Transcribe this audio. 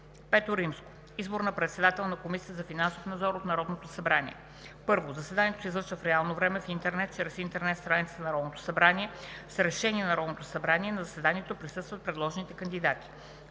V. Избор на председател на Комисията за финансов надзор от Народното събрание. 1. Заседанието се излъчва в реално време в интернет чрез интернет страницата на Народното събрание. С решение на Народното събрание на заседанието присъстват предложените кандидати.